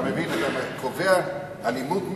אתה קובע אלימות מתנחלים,